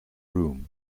room